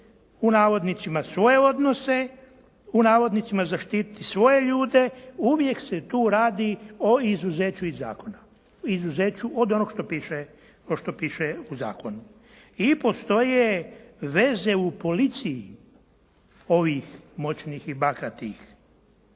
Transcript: stanje", "svoje odnose", "zaštititi svoje ljude". Uvijek se tu radi o izuzeću iz zakona, izuzeću od onog kao što piše u zakonu. I postoje veze u policiji ovih moćnih i bahatih